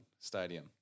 Stadium